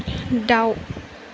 दाउ